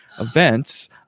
events